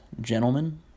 gentlemen